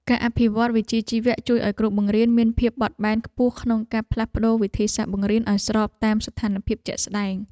ការអភិវឌ្ឍវិជ្ជាជីវៈជួយឱ្យគ្រូបង្រៀនមានភាពបត់បែនខ្ពស់ក្នុងការផ្លាស់ប្តូរវិធីសាស្ត្របង្រៀនឱ្យស្របតាមស្ថានភាពជាក់ស្តែង។